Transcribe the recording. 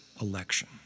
election